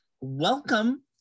Welcome